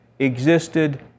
existed